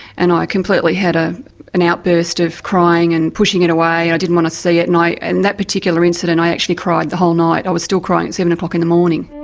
and i completely had ah an outburst of crying and pushing it away. i didn't want to see it, and in and that particular incident i actually cried the whole night, i was still crying at seven o'clock in the morning.